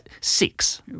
Six